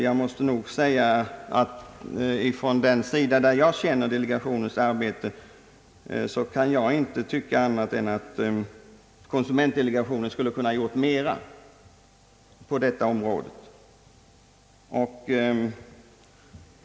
Jag måste säga, att beträffande den sida av konsumentdelegationens arbete som jag känner till kan jag inte tycka annat än att delegationen skulle ha kunnat göra mera på området.